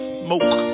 smoke